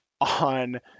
on